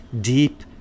deep